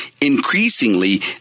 Increasingly